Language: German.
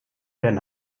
werden